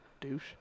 douche